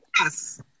Yes